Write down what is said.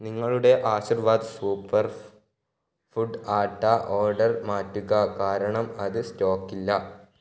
നിങ്ങളുടെ ആശീർവാദ് സൂപ്പർ ഫ് food atta order മാറ്റുക കാരണം അത് സ്റ്റോക്ക് ഇല്ല